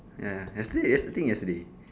ya ya yesterday that's the thing yesterday